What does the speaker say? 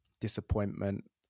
disappointment